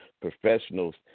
professionals